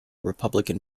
republican